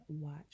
watch